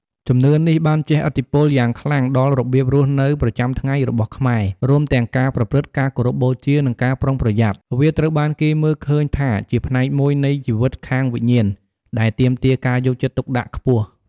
ជំនឿនេះបានជះឥទ្ធិពលយ៉ាងខ្លាំងដល់របៀបរស់នៅប្រចាំថ្ងៃរបស់ខ្មែរ រួមទាំងការប្រព្រឹត្ត ការគោរពបូជា និងការប្រុងប្រយ័ត្ន។ វាត្រូវបានគេមើលឃើញថាជាផ្នែកមួយនៃជីវិតខាងវិញ្ញាណ ដែលទាមទារការយកចិត្តទុកដាក់ខ្ពស់។